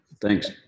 thanks